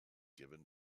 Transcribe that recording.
given